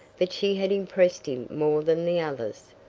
but she had impressed him more than the others.